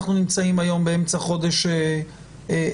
אנחנו נמצאים היום באמצע חודש ינואר.